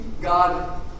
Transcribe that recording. God